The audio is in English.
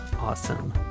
awesome